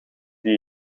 die